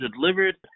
delivered